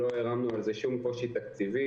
לא הערמנו על זה שום קושי תקציבי.